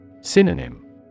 Synonym